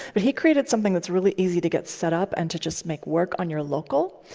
but he created something that's really easy to get set up and to just make work on your local.